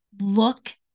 Look